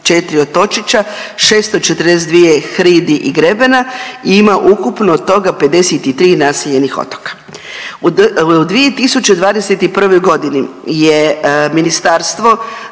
524 otočića, 642 hridi i grebena i ima ukupno od toga 53 naseljenih otoka. U 2021. godini je ministarstvo